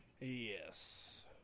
yes